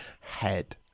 head